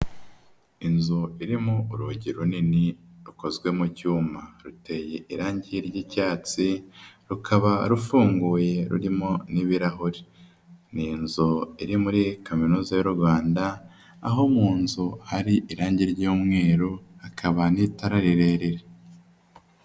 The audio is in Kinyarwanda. Inzu irimo urugi runini rukozwe mu cyuma ruteye irangi ry'icyatsi rukaba rufunguye rurimo n'ibirahuri, ni inzu iri muri kaminuza y'u Rwanda aho mu nzu hari irangi ry'umweru hakaba n'itara rirerire.